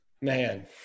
Man